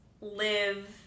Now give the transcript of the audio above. live